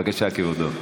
בבקשה, כבודו.